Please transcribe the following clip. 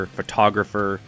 photographer